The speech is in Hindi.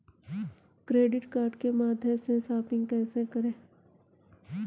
क्रेडिट कार्ड के माध्यम से शॉपिंग कैसे करें?